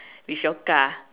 with your car